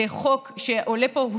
לחוק שעולה פה,